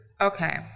Okay